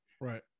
Right